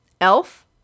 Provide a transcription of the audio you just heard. Elf